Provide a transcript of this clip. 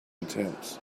attempts